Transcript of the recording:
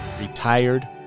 retired